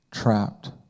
trapped